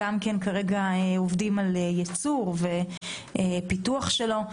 כרגע, הם עובדים על ייצור ופיתוח שלו.